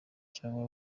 cyangwa